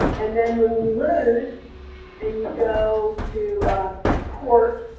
and then when you lose then you go to a court,